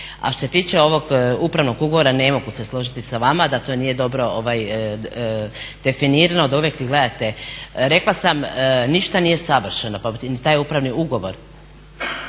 A što se tiče ovog upravnog ugovora ne mogu se složiti s vama da to nije dobro definirano, gledajte rekla sam ništa nije savršeno pa ni taj upravni ugovor,